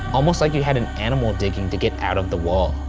almost like you had an animal digging to get out of the wall,